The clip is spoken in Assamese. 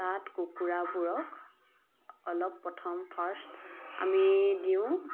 তাত কুকুৰাবোৰক অলপ প্ৰথম ফাৰ্ষ্ট আমি দিওঁ